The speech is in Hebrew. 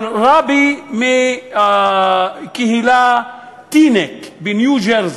על רבי מקהילת טינק בניו-ג'רזי.